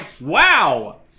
wow